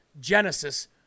Genesis